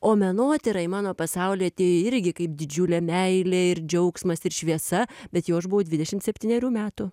o menotyrai mano pasaulyje tai irgi kaip didžiulė meilė ir džiaugsmas ir šviesa bet jau aš buvau dvidešimt septynerių metų